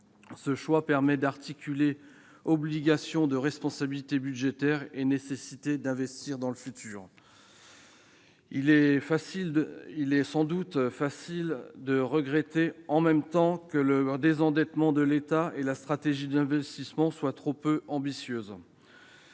Ce choix permet d'articuler obligation de responsabilité budgétaire et nécessité d'investir dans le futur. Il est sans doute trop facile de regretter, en même temps, que le désendettement de l'État et sa stratégie d'investissements soient trop peu ambitieux.